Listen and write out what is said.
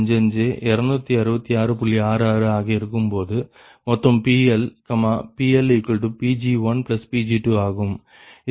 66ஆக இருக்கும்போது மொத்த PL PLPg1Pg2ஆகும்